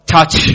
Touch